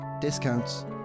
discounts